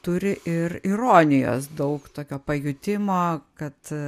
turi ir ironijos daug tokio pajutimo kad